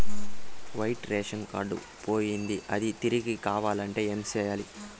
white ration card పోయింది అది తిరిగి కావాలంటే ఏం సేయాలి